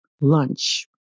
lunch